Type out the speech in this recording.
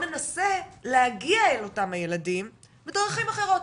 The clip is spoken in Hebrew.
ננסה להגיע אל אותם הילדים בדרכים אחרות,